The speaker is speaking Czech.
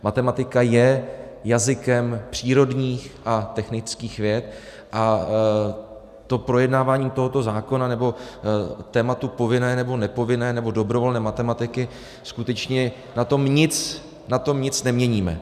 Matematika je jazykem přírodních a technických věd a projednávání tohoto zákona nebo tématu povinné, nebo nepovinné, nebo dobrovolné matematiky skutečně na tom nic neměníme.